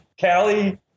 Callie